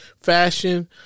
fashion